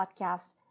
podcast